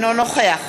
אינו נוכח